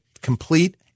complete